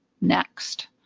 next